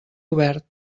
obert